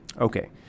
Okay